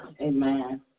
Amen